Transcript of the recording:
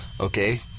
okay